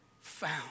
found